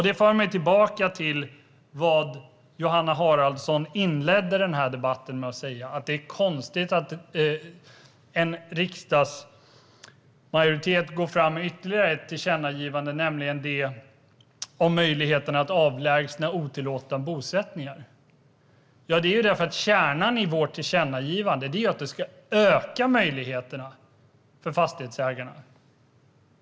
Det för mig tillbaka till det Johanna Haraldsson inledde debatten med att säga: att det är konstigt att en riksdagsmajoritet går fram med förslag om ytterligare ett tillkännagivande, nämligen om möjligheten att avlägsna otillåtna bosättningar. Kärnan i vårt förslag till tillkännagivande är att det ska öka möjligheterna för fastighetsägarna.